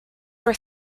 were